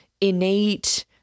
innate